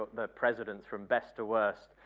the presidents from best to worst.